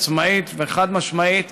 עצמאית וחד-משמעית